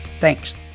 Thanks